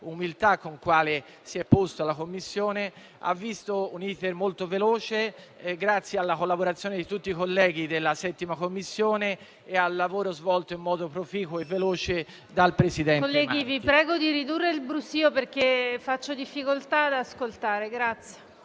con la quale si è posto alla Commissione. Tale provvedimento ha avuto un *iter* molto veloce, grazie alla collaborazione di tutti i colleghi della 7ª Commissione e al lavoro svolto in modo proficuo e veloce dal presidente